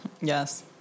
Yes